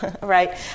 right